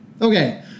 okay